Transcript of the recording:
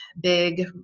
big